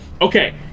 okay